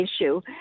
issue